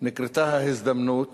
נקרתה ההזדמנות